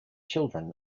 children